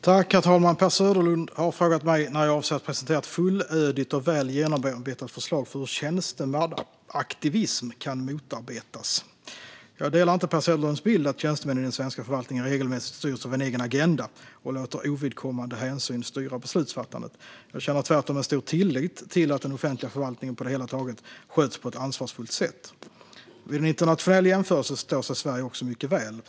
Herr talman! Per Söderlund har frågat mig när jag avser att presentera ett fullödigt och väl genomarbetat förslag till hur tjänstemannaaktivism kan motarbetas. Jag delar inte Per Söderlunds bild att tjänstemän i den svenska förvaltningen regelmässigt styrs av en egen agenda och låter ovidkommande hänsyn styra beslutsfattandet. Jag känner tvärtom en stor tillit till att den offentliga förvaltningen på det hela taget sköts på ett ansvarsfullt sätt. Vid en internationell jämförelse står sig Sverige också mycket väl.